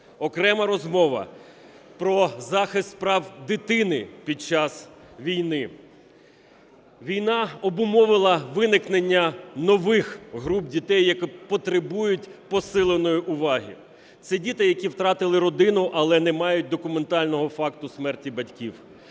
Окрема розмова – про захист прав дитини під час війни. Війна обумовила виникнення нових груп дітей, які потребують посиленої уваги: це діти, які втратили родину, але не мають документального факту смерті батьків;